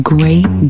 Great